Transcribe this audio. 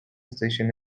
station